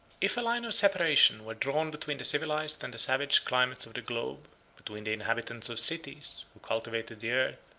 if a line of separation were drawn between the civilized and the savage climates of the globe between the inhabitants of cities, who cultivated the earth,